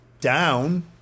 down